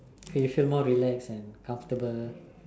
facial more relax and comfortable